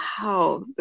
Wow